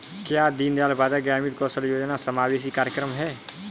क्या दीनदयाल उपाध्याय ग्रामीण कौशल योजना समावेशी कार्यक्रम है?